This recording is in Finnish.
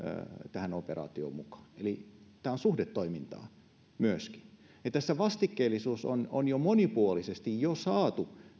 tähän operaatioon mukaan eli tämä on suhdetoimintaa myöskin ja tässä vastikkeellisuus on on monipuolisesti jo saatu